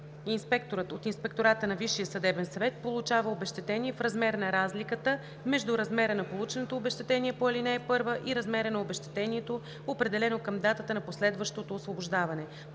инспекторът от Инспектората на Висшия съдебен съвет получава обезщетение в размер на разликата между размера на полученото обезщетение по ал. 1 и размера на обезщетението, определено към датата на последващото освобождаване.“